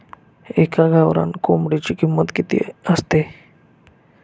एका गावरान कोंबडीची किंमत किती असते?